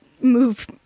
move